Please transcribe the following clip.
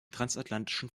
transatlantischen